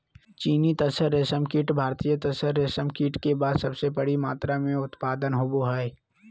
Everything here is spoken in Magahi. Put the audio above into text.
चीनी तसर रेशमकीट भारतीय तसर रेशमकीट के बाद सबसे बड़ी मात्रा मे उत्पादन होबो हइ